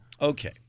Okay